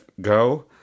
go